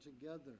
together